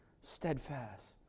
steadfast